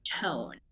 tone